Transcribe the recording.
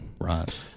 Right